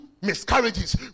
miscarriages